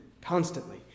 constantly